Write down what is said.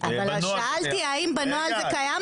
בנוהל --- אבל שאלתי האם בנוהל זה קיים,